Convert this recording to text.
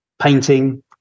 painting